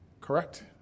correct